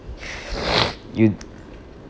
you